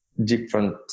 different